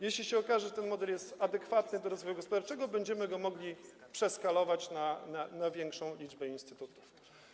Jeśli się okaże, że ten model jest adekwatny do rozwoju gospodarczego, będziemy go mogli przeskalować na większą liczbę instytutów.